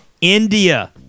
India